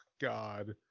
God